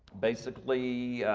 basically,